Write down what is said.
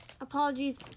apologies